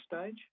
stage